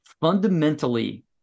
fundamentally